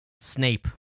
Snape